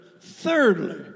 thirdly